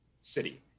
city